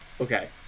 Okay